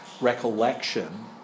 recollection